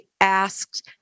asked